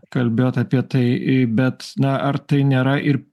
kalbėjot apie tai bet na ar tai nėra ir